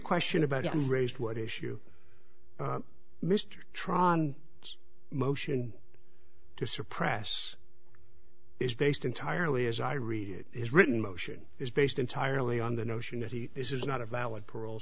question about that raised what issue mr trond motion to suppress is based entirely as i read it is written motion is based entirely on the notion that he this is not a valid par